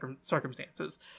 circumstances